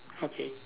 okay